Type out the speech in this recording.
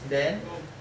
then